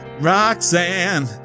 Roxanne